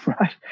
right